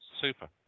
super